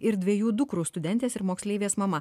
ir dviejų dukrų studentės ir moksleivės mama